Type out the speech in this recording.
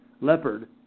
Leopard